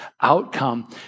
outcome